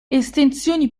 estensioni